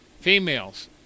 Females